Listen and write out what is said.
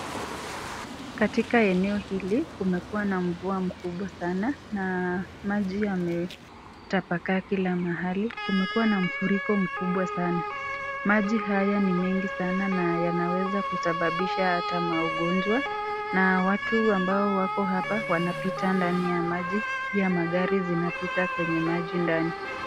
Katika eneo hili kumekuwa na mvua mkubwa sana na maji yametapakaa kila mahali, kumekuwa na mfuriko mkubwa sana. Maji haya ni mengi sana na yanaweza kusababisha hata magonjwa na watu ambao wako hapa wanapita ndani ya maji pia magari zinapita kwenye maji ndani.